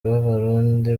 b’abarundi